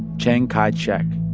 chiang kai-shek,